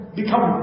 become